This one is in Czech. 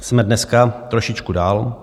Jsme dneska trošičku dál.